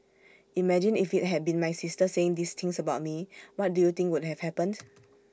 imagine if IT had been my sister saying these things about me what do you think would have happened